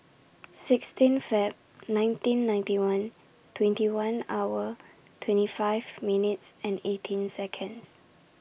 sixteen Feb nineteen ninety one twenty one hour twenty five minutes and eighteen Seconds